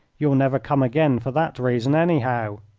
you'll never come again for that reason, anyhow.